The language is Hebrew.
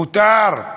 מותר.